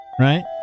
right